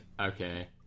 Okay